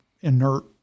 inert